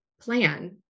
plan